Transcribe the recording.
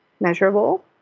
measurable